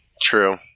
True